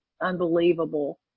unbelievable